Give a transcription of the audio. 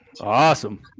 Awesome